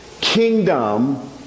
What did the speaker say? kingdom